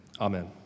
Amen